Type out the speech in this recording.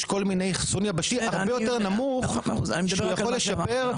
יש כל מיני אחסון יבשתי הרבה יותר נמוך שהוא יכול לשפר.